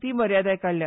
ती मर्यादाय काडल्या